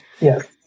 Yes